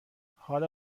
حالا